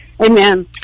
Amen